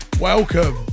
welcome